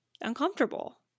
uncomfortable